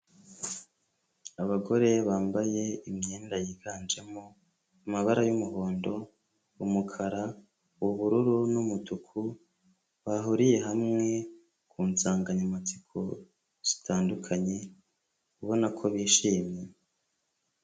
Abagore bambaye imyenda yiganjemo amabara y'umuhondo, umukara, ubururu n'umutuku bahuriye hamwe ku nsanganyamatsiko zitandukanye ubona ko bishimye.